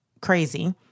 crazy